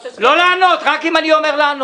עם כל הכבוד, לא לענות, רק אם אני אומר לענות.